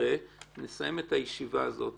שיקרה שנסיים את הישיבה הזאת,